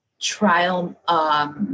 trial